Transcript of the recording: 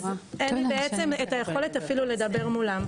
אז אין לי בעצם את היכולת אפילו לדבר מולם.